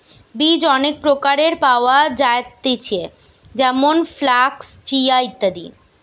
বীজ অনেক প্রকারের পাওয়া যায়তিছে যেমন ফ্লাক্স, চিয়া, ইত্যাদি